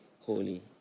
holy